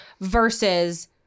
versus